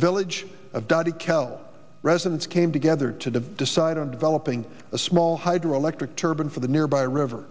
the village of dudie cal residents came together to decide on developing a small hydroelectric turban for the nearby river